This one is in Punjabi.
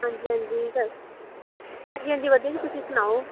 ਹਾਂਜੀ ਹਾਂਜੀ ਸਭ ਹਾਂਜੀ ਹਾਂਜੀ ਵਧੀਆ ਜੀ ਤੁਸੀਂ ਸੁਣਾਓ